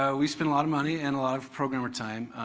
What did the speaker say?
ah we spent a lot of money and a lot of programmer time,